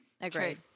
Agreed